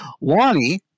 Lonnie